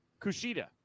Kushida